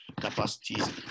capacities